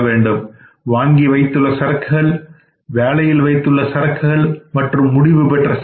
அவையாவன வாங்கி வைத்துள்ள சரக்குகள் வேலையில் வைத்துள்ள சரக்குகள் மற்றும் முடிவு பெற்ற சரக்குகள்